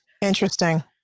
Interesting